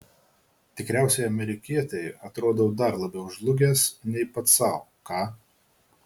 tikriausiai amerikietei atrodau dar labiau žlugęs nei pats sau ką